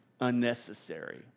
unnecessary